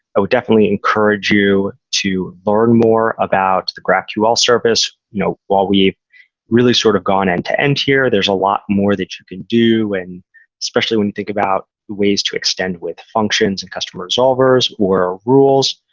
i would definitely encourage you to learn more about the graphql service you know while we really sort of gone end to end here, there's a lot more that you can do, and especially when you think about the ways to extend with functions and custom resolvers or rules.